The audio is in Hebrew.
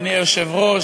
אדוני היושב-ראש,